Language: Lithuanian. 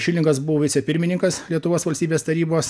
šilingas buvo vicepirmininkas lietuvos valstybės tarybos